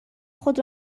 خود